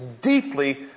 deeply